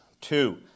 two